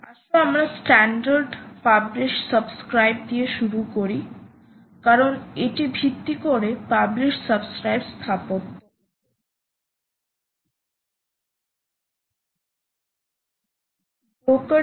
আসো আমরা standard publish subscribe দিয়ে শুরু করি কারণ এটি ভিত্তি করে পাবলিশ সাবস্ক্রাইব স্থাপত্য উপর